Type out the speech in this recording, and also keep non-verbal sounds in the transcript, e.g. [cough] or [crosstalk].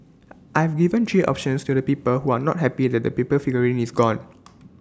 [noise] I've given three options to the people who are not happy that the paper figurine is gone [noise]